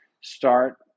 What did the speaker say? start